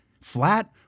flat